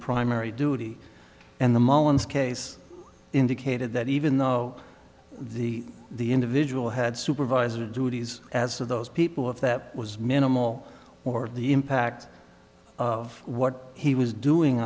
primary duty and the mullins case indicated that even though the the individual had supervisor duties as to those people if that was minimal or the impact of what he was doing